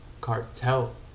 cartel